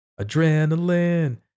Adrenaline